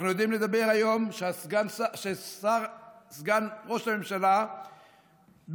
אנחנו יודעים לומר היום שסגן ראש הממשלה ביקש